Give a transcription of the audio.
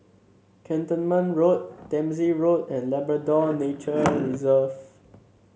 Cantonment Road Dempsey Road and Labrador Nature Reserve